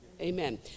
Amen